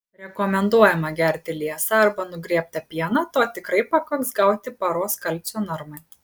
rekomenduojama gerti liesą arba nugriebtą pieną to tikrai pakaks gauti paros kalcio normai